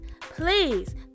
please